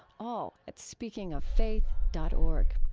all at speakingoffaith dot org.